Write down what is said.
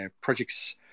projects